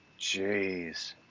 Jeez